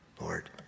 Lord